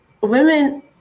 women